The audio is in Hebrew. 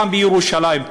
בירושלים,